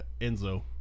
Enzo